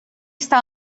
está